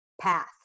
path